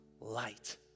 light